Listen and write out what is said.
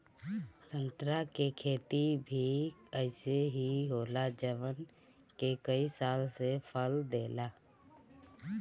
संतरा के खेती भी अइसे ही होला जवन के कई साल से फल देला